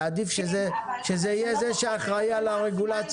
ועדיף שזה יהיה זה שאחראי על הרגולציה.